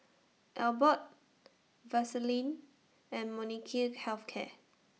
Abbott Vaselin and Molnylcke Health Care